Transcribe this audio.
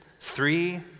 Three